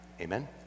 Amen